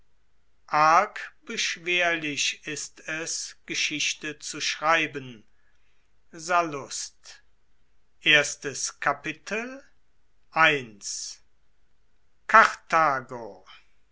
arg beschwerlich ist es geschichte zu schreiben sallust erstes kapitel karthago